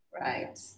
Right